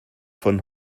von